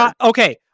okay